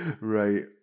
Right